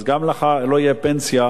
אז גם לך לא תהיה פנסיה,